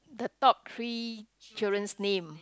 the top three children's name